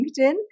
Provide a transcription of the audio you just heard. linkedin